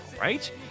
right